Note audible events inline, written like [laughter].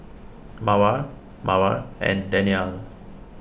[unintelligible] [unintelligible] and Daniel